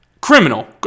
criminal